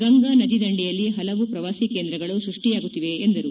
ಗಂಗಾ ನದಿ ದಂಡೆಯಲ್ಲಿ ಪಲವು ಪ್ರವಾಸಿ ಕೇಂದ್ರಗಳು ಸೃಷ್ಷಿಯಾಗುತ್ತಿವೆ ಎಂದರು